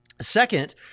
Second